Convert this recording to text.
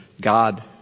God